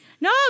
No